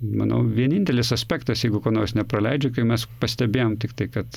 manau vienintelis aspektas jeigu ko nors nepraleidžiu kai mes pastebėjom tiktai kad